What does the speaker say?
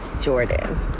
Jordan